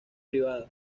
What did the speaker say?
privada